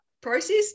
process